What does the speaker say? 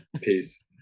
peace